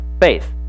faith